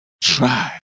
Try